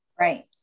right